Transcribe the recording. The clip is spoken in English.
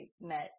met